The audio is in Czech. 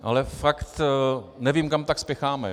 Ale fakt nevím, kam tak spěcháme.